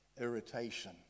irritation